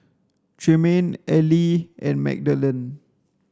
Tremayne Ely and Magdalen